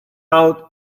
out